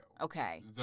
Okay